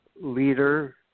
leader